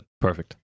Perfect